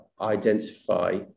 identify